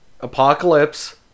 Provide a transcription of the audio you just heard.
apocalypse